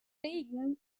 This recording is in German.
regen